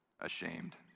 ashamed